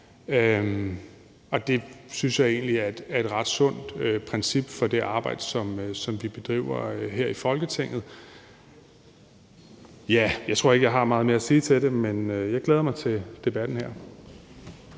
og det synes jeg egentlig er et ret sundt princip for det arbejde, som vi bedriver her i Folketinget. Jeg tror ikke, jeg har meget mere at sige til det. Men jeg glæder mig til debatten her.